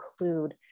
include